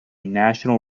national